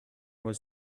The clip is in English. was